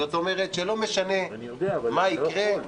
זאת אומרת, לא משנה מה יקרה,